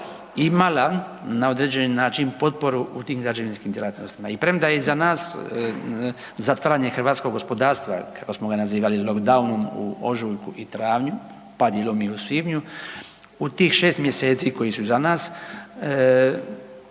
imala na određeni način potporu u tim građevinskim djelatnostima i premda je iza nas zatvaranje hrvatskog gospodarstva kako smo ga nazivali loock downom u ožujku i travnju, pa dijelom i u svibnju u tih 6 mjeseci koji su iza nas